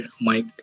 Mike